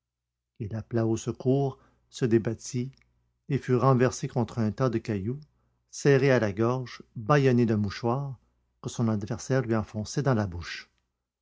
il appela au secours se débattit et fut renversé contre un tas de cailloux serré à la gorge bâillonné d'un mouchoir que son adversaire lui enfonçait dans la bouche